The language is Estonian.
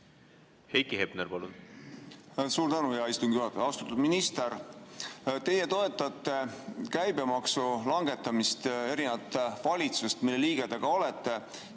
Heiki Hepner, palun! Suur tänu, hea istungi juhataja! Austatud minister! Teie toetate käibemaksu langetamist erinevalt valitsusest, mille liige te olete.